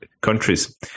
countries